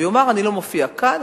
ויאמר: אני לא מופיע כאן,